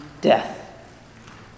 death